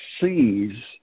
sees